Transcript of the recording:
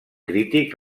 crític